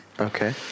Okay